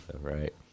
right